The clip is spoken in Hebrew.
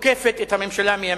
תוקפת את הממשלה מימין.